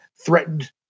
threatened